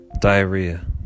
diarrhea